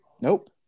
Nope